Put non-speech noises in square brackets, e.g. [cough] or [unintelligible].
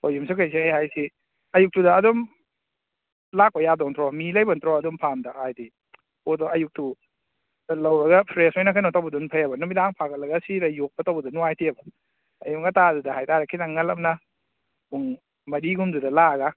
ꯍꯣꯏ ꯌꯨꯝꯁꯥꯀꯩꯁꯩ ꯍꯥꯏꯁꯤ ꯑꯌꯨꯛꯇꯨꯗ ꯑꯗꯨꯝ ꯂꯥꯛꯄ ꯌꯥꯗꯣꯏ ꯅꯠꯇ꯭ꯔꯣ ꯃꯤ ꯂꯩꯕ ꯅꯠꯇ꯭ꯔꯣ ꯑꯗꯨꯝ ꯐꯥꯝꯗ ꯍꯥꯏꯗꯤ [unintelligible] ꯑꯌꯨꯛꯇꯨꯗ ꯂꯧꯔꯒ ꯐ꯭ꯔꯦꯁ ꯑꯣꯏꯅ ꯀꯩꯅꯣ ꯇꯧꯕꯗꯨꯅ ꯐꯩꯑꯕ ꯅꯨꯃꯤꯗꯥꯡ ꯐꯥꯒꯠꯂꯒ ꯁꯤꯔ ꯌꯣꯛꯄ ꯇꯧꯕꯗꯨ ꯅꯨꯡꯉꯥꯏꯇꯦꯕ ꯑꯌꯨꯛ ꯉꯟꯇꯥꯗꯨꯗ ꯍꯥꯏꯇꯥꯔꯦ ꯈꯤꯇꯪ ꯉꯜꯂꯞꯅ ꯄꯨꯡ ꯃꯔꯤꯒꯨꯝꯗꯨꯗ ꯂꯥꯛꯑꯒ